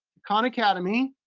khan academy,